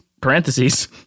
parentheses